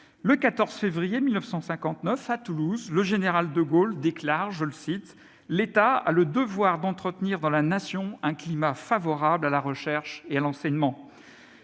Le 14 février 1959, à Toulouse, le général de Gaulle déclare :« L'État [...] a le devoir d'entretenir dans la Nation un climat favorable à la Recherche et à l'Enseignement.